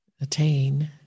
attain